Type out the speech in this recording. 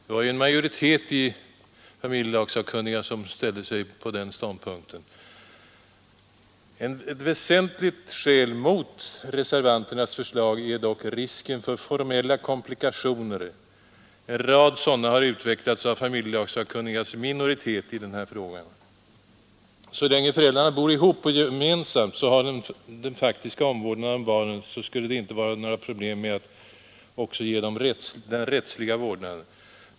Det var ju en majoritet i familjelagssakkunniga som stödde tanken att det skulle skapas möjligheter härvidlag. Ett väsentligt skäl mot utskottsreservanternas förslag är dock risken för formella komplikationer. En rad sådana har utvecklats av familjelagssakkunnigas minoritet i den här frågan. Så länge föräldrarna bor ihop och gemensamt har den faktiska omvårdnaden om barnen skulle det inte vara några problem med att också ge dem den rättsliga vårdnaden.